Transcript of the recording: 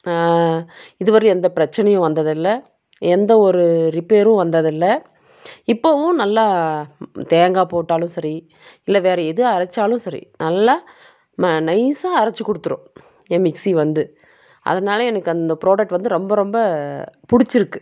இது வரலேயும் எந்த பிரச்சினையும் வந்ததில்லை எந்த ஒரு ரிப்பேரும் வந்ததில்லை இப்பவும் நல்லா தேங்காய் போட்டாலும் சரி இல்லை வேறு எது அரைச்சாலும் சரி நல்லா ம நைசாக அரைச்சி கொடுத்துரும் என் மிக்சி வந்து அதனால் எனக்கு அந்த ப்ரோடக்ட் வந்து ரொம்ப ரொம்ப பிடிச்சிருக்கு